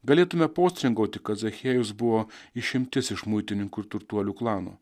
galėtumėme postringauti kad zachiejus buvo išimtis iš muitininkų ir turtuolių klano